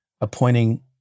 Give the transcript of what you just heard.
appointing